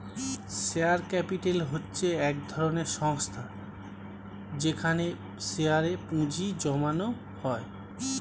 share capital হচ্ছে এক ধরনের সংস্থা যেখানে শেয়ারে এ পুঁজি জমানো হয়